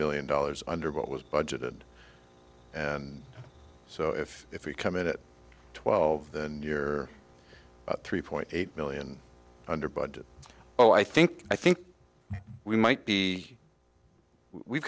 million dollars under what was budgeted and so if if we come in at twelve the new year three point eight million under budget oh i think i think we might be we've